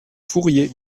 fourrier